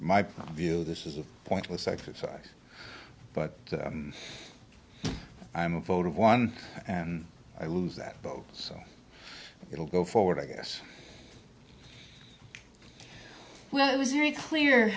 of view this is a pointless exercise but i'm a vote of one and i lose that vote so it will go forward i guess well it was very clear